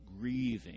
grieving